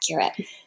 accurate